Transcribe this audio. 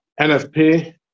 NFP